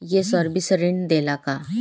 ये सर्विस ऋण देला का?